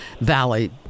valley